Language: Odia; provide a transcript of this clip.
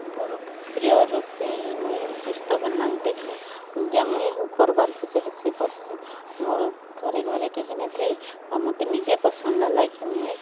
ମୋର ପ୍ରିୟ ରୋଷେଇ ମୁଇଁ ପୋସ୍ତ ବନାଇ ଦେଖେ ମୋର ଥରେ ଘରେ କେହି ନଥାଇ ଆଉ ମୋତେ ନିଜ ପସନ୍ଦ୍ ଲାଲା କି ମୁଇଁ